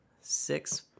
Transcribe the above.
six